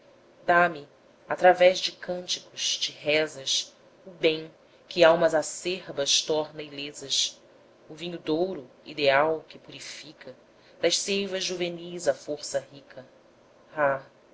dá-me através de cânticos de rezas o bem que almas acerbas torna ilesas o vinho douro ideal que purifica das seivas juvenis a força rica ah